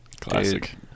Classic